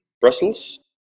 Brussels